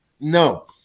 No